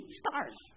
stars